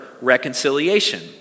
reconciliation